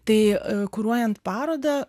tai kuruojant parodą